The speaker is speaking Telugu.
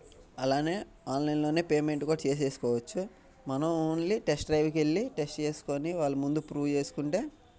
అలాగే ఆన్లైన్లోనే పేమెంట్ కూడా చేసుకోవచ్చు మనం ఓన్లీ టెస్ట్ డ్రైవ్కి వెళ్ళి టెస్ట్ చేసుకోని వాళ్ళు ముందు ప్రూవ్ చేసుకుంటే